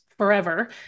Forever